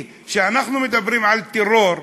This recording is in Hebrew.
כי כשאנחנו מדברים על טרור,